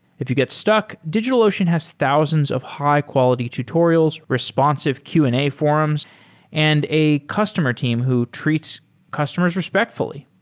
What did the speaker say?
if you get stuck, digitalocean has thousands of high-quality tutorials, responsive q and a forums and a customer team who treats customers respectfully.